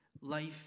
life